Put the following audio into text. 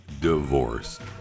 divorced